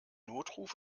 notruf